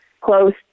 close